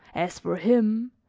as for him,